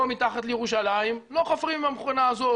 פה מתחת לירושלים לא חופרים עם המכונה הזאת,